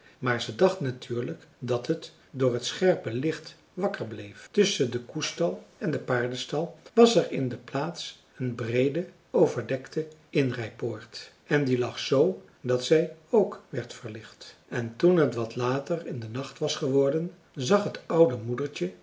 maar ze dacht natuurlijk dat het door het scherpe licht wakker bleef tusschen den koestal en den paardenstal was er in de plaats een breede overdekte inrijpoort en die lag zoo dat zij ook werd verlicht en toen het wat later in den nacht was geworden zag t oude moedertje